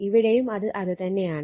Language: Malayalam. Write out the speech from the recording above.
ഇവിടെയും അത് തന്നെയാണ്